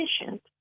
efficient